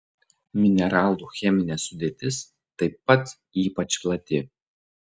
mineralų cheminė sudėtis taip pat ypač plati